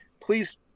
please